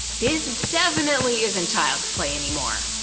this definitely isn't child's play anymore.